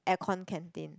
aircon canteen